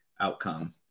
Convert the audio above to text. outcome